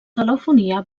telefonia